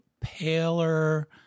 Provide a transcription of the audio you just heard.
paler